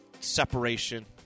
separation